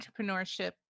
entrepreneurship